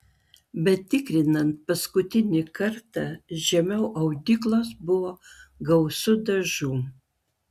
bet tikrinant paskutinį kartą žemiau audyklos buvo gausu dažų